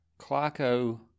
Clarko